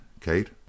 Kate